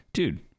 Dude